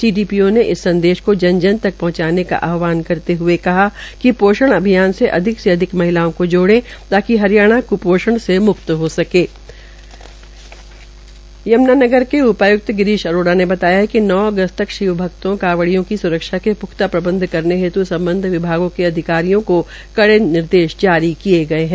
CDPO ने इस संदेश को जन जत तक पहुंचाने का आहवान करते हुए कहा कि पोषण अभियान से अधिक से अधिक महिलाओं को जोड़े ताकि हरियाणा क्पोषण से म्क्त हो सके यम्नानगर के उपाय्क्त गिरीश अरोड़ा ने बताया कि नौ अगस्त तक शिव भक्तों कावडियों की स्रक्षा के प्ख्ता प्रबंध करने हेत् संबद्ध विभागों के अधिकारियों को कड़े निर्देश जारी किये है